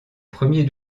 premier